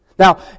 Now